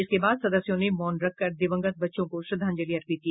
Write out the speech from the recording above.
इसके बाद सदस्यों ने मौन रखकर दिवंगत बच्चों को श्रद्धांजलि अर्पित की